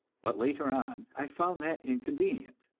but later on i found that inconvenient,